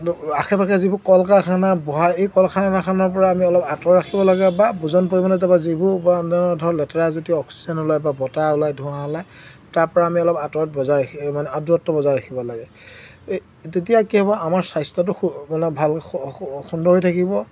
আশে পাশে যিবোৰ কল কাৰখানা বহা এই কল কাৰখানাৰপৰা আমি অলপ আঁতৰত ৰাখিব লাগে বা বোজন পৰিমাণে তাৰপৰা যিবোৰ অন্য ধৰক লেতেৰা যেতিয়া অক্সিজেন ওলায় বা বতাহ ওলাই ধোঁৱা ওলাই তাৰপৰা আমি অলপ আঁতৰত বজাই ৰাখি মানে দূৰত্ব বজাই ৰাখিব লাগে এই তেতিয়া কি হ'ব আমাৰ স্বাস্থ্যটো মানে ভাল সুন্দৰ হৈ থাকিব